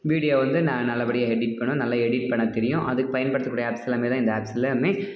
video வந்து நான் நல்லபடியாக எடிட் பண்ணுவேன் நல்லா எடிட் பண்ண தெரியும் அதுக்குப் பயன்படுத்தக்கூடிய ஆப்ஸ் எல்லாமே தான் இந்த ஆப்ஸ் எல்லாமே